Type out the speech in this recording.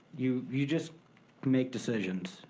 you you just make decisions.